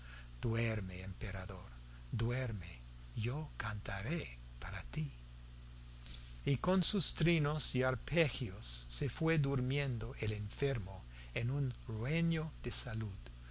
duerme emperador duerme yo cantaré para ti y con sus trinos y arpegios se fue durmiendo el enfermo en un rueño de salud